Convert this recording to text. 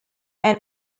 and